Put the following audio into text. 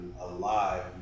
alive